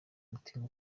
umutima